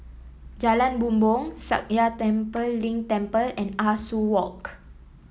Jalan Bumbong Sakya Tenphel Ling Temple and Ah Soo Walk